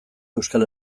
euskal